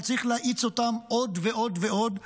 אבל צריך להאיץ אותן עוד ועוד ועוד,